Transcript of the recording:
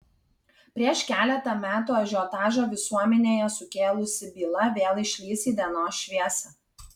prieš keletą metų ažiotažą visuomenėje sukėlusi byla vėl išlįs į dienos šviesą